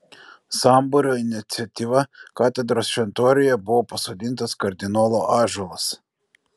sambūrio iniciatyva katedros šventoriuje buvo pasodintas kardinolo ąžuolas